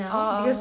ah ah